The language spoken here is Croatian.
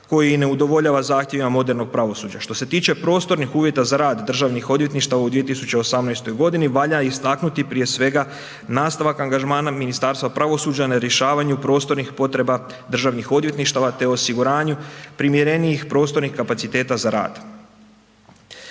koji i ne udovoljava zahtjevima modernog pravosuđa. Što se tiče prostornih uvjeta za rad državnih odvjetništava u 2018. godini valja istaknuti prije svega nastavak angažmana Ministarstva pravosuđa na rješavanju prostornih potreba državnih odvjetništava te osiguranju primjerenijih prostornih kapaciteta za rad.